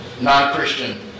non-Christian